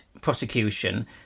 prosecution